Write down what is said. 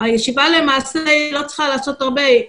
הישיבה למעשה לא צריכה לעשות הרבה.